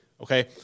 Okay